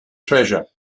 treasure